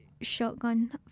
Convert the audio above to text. shotgun